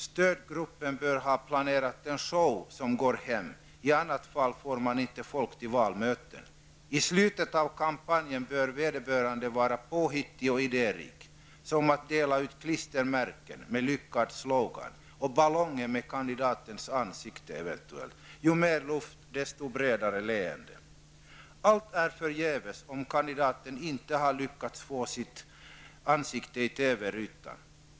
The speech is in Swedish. Stödgruppen bör ha planerat in en show som går hem. I annat fall kommer det inte folk till valmötena. I slutet av kampanjen måste vederbörande vara påhittig och idérik och t.ex. dela ut klistermärken med en slogan och ballonger med kandidatens ansikte. Ju mera luft desto bredare leende. Allt är förgäves om inte kandidaten har lyckats få med sitt ansikte i TV-rutan.